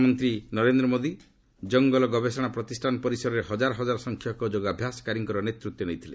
ପ୍ରଧାନମନ୍ତ୍ରୀ ନରେନ୍ଦ୍ର ମୋଦି କଙ୍ଗଲ ଗବେଷଣା ପ୍ରତିଷ୍ଠାନ ପରିସରରେ ହକାର ହକାର ସଂଖ୍ୟକ ଯୋଗାଭ୍ୟାସକାରୀଙ୍କର ନେତୃତ୍ୱ ନେଇଥିଲେ